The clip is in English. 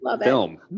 film